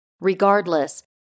Regardless